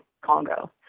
Congo